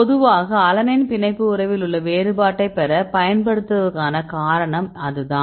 பொதுவாக அலனைன் பிணைப்பு உறவில் உள்ள வேறுபாட்டைப் பெற பயன்படுத்துவதற்கான காரணம் அதுதான்